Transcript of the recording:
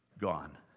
gone